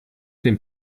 dem